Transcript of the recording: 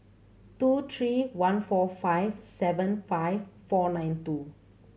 two three one four five seven five four nine two